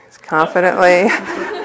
Confidently